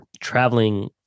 traveling